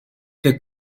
the